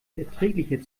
erträglicher